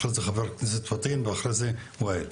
אחריו חבר הכנסת פטין ולאחר מכן ואיל.